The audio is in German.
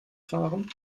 fahren